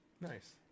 Nice